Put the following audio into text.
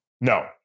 No